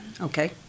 Okay